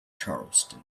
charleston